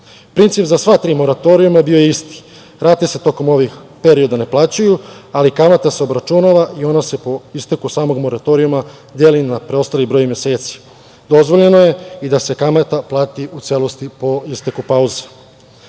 Princip za sve tri moratorijuma je bio isti. Rate se tokom ovih perioda ne plaćaju, ali kamata se obračunava i ona se po isteku samog moratorijuma deli na preostali broj meseci. Dozvoljeno je i da se kamata plati u celosti po isteku pauze. Veoma